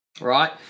right